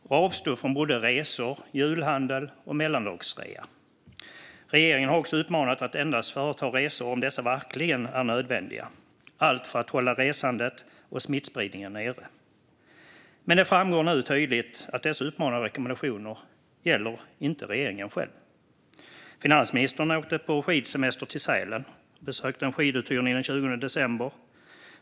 De avstod från både resor, julhandel och mellandagsrea. Regeringen har uppmanat till att endast företa resor om dessa verkligen är nödvändiga - allt för att hålla resandet och smittspridningen nere. Men det framgår nu tydligt att dessa uppmaningar och rekommendationer inte gäller regeringen själv. Finansministern åkte på skidsemester till Sälen och besökte en skiduthyrning den 20 december.